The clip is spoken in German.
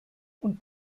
und